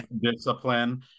discipline